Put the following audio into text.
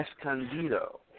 Escondido